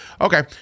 Okay